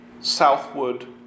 southward